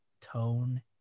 Tone